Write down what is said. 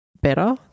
better